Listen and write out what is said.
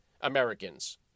Americans